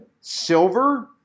silver